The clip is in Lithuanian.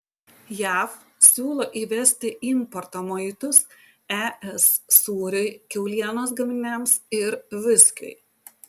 jav siūlo įvesti importo muitus es sūriui kiaulienos gaminiams ir viskiui